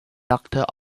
doctor